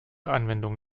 anwendung